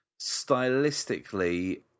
stylistically